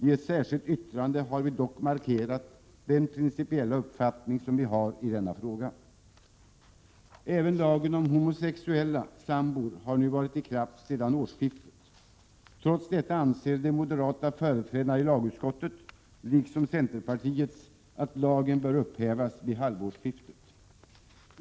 I ett särskilt yttrande har vi dock markerat den principiella uppfattning som vi har i denna fråga. Även lagen om homosexuella sambor har nu varit i kraft sedan årsskiftet. Trots detta anser de moderata företrädarna i lagutskottet — liksom centerpartiets — att lagen bör upphävas vid halvårsskiftet.